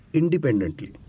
independently